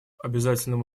обязательным